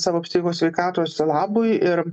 savo psichikos sveikatos labui ir